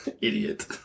idiot